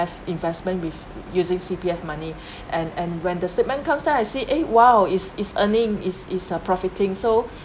as investment with using C_P_F money and and when the statement comes out I see eh !wow! it's it's earning it's it's profiting so